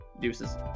Deuces